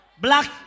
Black